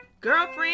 Girlfriend